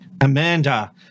amanda